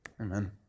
Amen